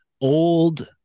old